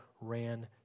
ran